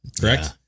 Correct